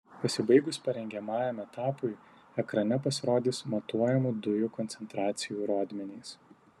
pasibaigus parengiamajam etapui ekrane pasirodys matuojamų dujų koncentracijų rodmenys